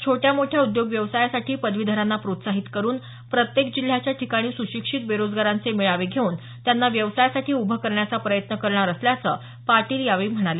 छोट्या मोठ्या उद्योग व्यवसायासाठी पदवीधरांना प्रोत्साहित करुन प्रत्येक जिल्ह्याच्या ठिकाणी सुशिक्षित बेरोजगारांचे मेळावे घेवून त्यांना व्यवसायासाठी उभं करण्याचा प्रयत्न करणार असल्याचं पाटील यावेळी म्हणाले